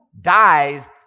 dies